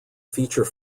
feature